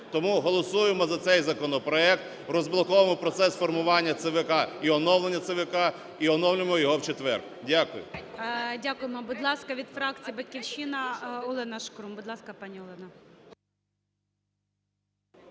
Тому голосуємо за цей законопроект, розблоковуємо процес формування ЦВК і оновлення ЦВК, і оновлюємо його в четвер. Дякую. ГОЛОВУЮЧИЙ. Дякуємо. Будь ласка, від фракції "Батьківщина" Олена Шкрум. Будь ласка, пані Олена.